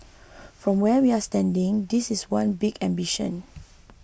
from where we're standing that is one big ambition